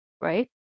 right